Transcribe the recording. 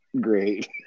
great